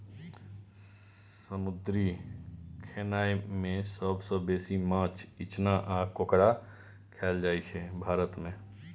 समुद्री खेनाए मे सबसँ बेसी माछ, इचना आ काँकोर खाएल जाइ छै भारत मे